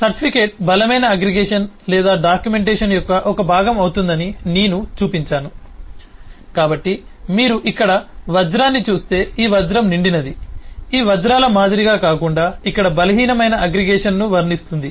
certificate బలమైన aggregation లేదా documentation యొక్క ఒక భాగం అవుతుందని నేను చూపించాను కాబట్టి మీరు ఇక్కడ వజ్రాన్ని చూస్తే ఈ వజ్రం నిండినది ఈ వజ్రాల మాదిరిగా కాకుండా ఇక్కడ బలహీనమైన అగ్రిగేషన్ను వర్ణిస్తుంది